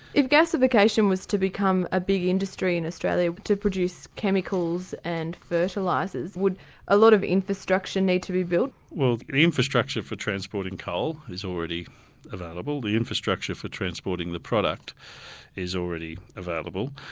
if gasification was to become a big industry in australia to produce chemicals and fertilisers, would a lot of infrastructure need to be built? the infrastructure for transporting coal is already available, the infrastructure for transporting the product is already available,